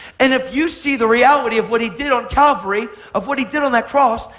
and if you see the reality of what he did on calvary, of what he did on that cross,